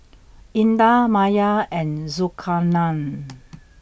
Indah Maya and Zulkarnain